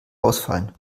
ausfallen